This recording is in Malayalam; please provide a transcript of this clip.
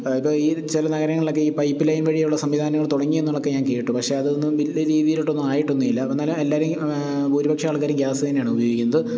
ഇപ്പോള് ഈ ചില നഗരങ്ങളിലെക്കെ ഈ പൈപ്പ് ലൈൻ വഴിയുള്ള സംവിധാനങ്ങള് തുടങ്ങിയെന്നുള്ളതൊക്കെ ഞാന് കേട്ടു പക്ഷേ അതൊന്നും വലിയ രീതിയിലോട്ടൊന്നും ആയിട്ടൊന്നുമില്ല എന്നാലും എല്ലാവരും ഭൂരിപക്ഷം ആൾക്കാരും ഗ്യാസ് തന്നെയാണ് ഉപയോഗിക്കുന്നത്